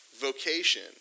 vocation